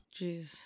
Jeez